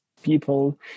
people